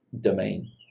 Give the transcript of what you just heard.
domain